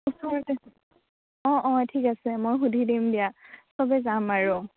হ'ব দে অঁ অঁ ঠিক আছে মই সুধি দিম দিয়া চবে যাম আৰু